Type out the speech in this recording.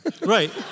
right